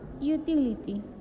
Utility